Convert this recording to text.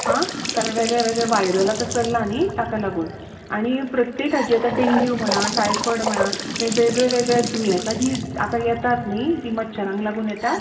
हा कारण वेगळे वेगळे वायरल आतां चल्लां न्ही ताका लागून आनी प्रत्येक हाजें आतां डेंग्यू म्हणा टायफॉड म्हणा वेगळे वेगळे दुयेंसां जीं आतां येतात न्ही तीं मच्छरांक लागून येता